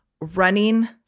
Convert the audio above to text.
running